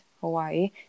Hawaii